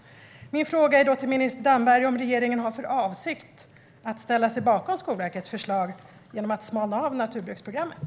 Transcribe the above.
Min fråga till minister Damberg är därför om regeringen har för avsikt att ställa sig bakom Skolverkets förslag att smalna av naturbruksprogrammet.